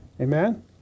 Amen